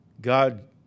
God